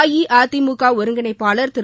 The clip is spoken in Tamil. அஇஅதிமுக ஒருங்கிணைப்பாளர் திரு